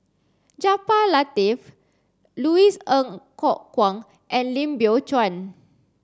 Jaafar Latiff Louis Ng Kok Kwang and Lim Biow Chuan